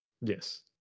Yes